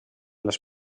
les